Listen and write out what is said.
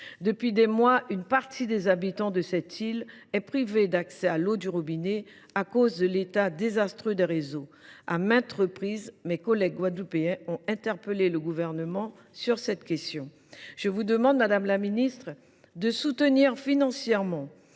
Depuis des mois, une partie des habitants de leur île est privée d’accès à l’eau du robinet à cause de l’état désastreux des réseaux. À maintes reprises, mes collègues guadeloupéens ont interpellé le Gouvernement sur cette question. Je vous demande, madame la ministre, de soutenir financièrement